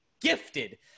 gifted